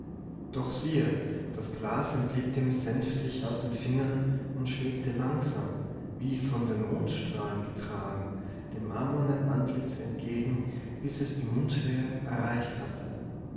doch siehe das glas entglitt ihm sänftlich aus den fingern und schwebte langsam wie von den mondstrahlen getragen dem marmornen antlitz entgegen bis es die mundhöhe erreicht hatte